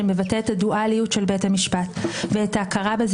-- מה שמעמיד את בית המשפט כרשות היחידה